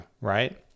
right